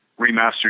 remastered